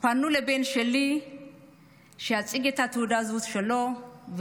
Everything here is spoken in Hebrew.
פנו לבן שלי שיציג את תעודת הזהות שלו.